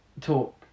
talk